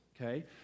okay